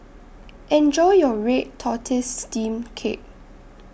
Enjoy your Red Tortoise Steamed Cake